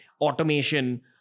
automation